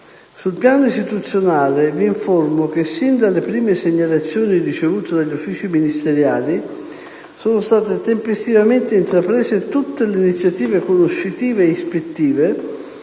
Sul piano istituzionale, vi informo che, sin dalle prime segnalazioni ricevute dagli uffici ministeriali, sono state tempestivamente intraprese tutte le iniziative conoscitive e ispettive